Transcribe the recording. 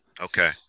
Okay